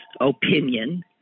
opinion